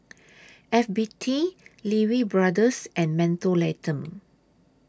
F B T Lee Wee Brothers and Mentholatum